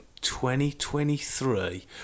2023